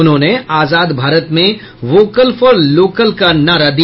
उन्होंने आजाद भारत में वोकल लोकल फोर का नारा दिया